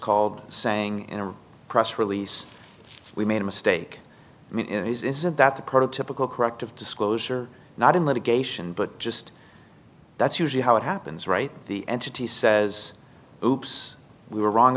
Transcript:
called saying in a press release we made a mistake i mean isn't that the prototypical corrective disclosure not in litigation but just that's usually how it happens right the entity says oops we were wrong